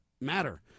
matter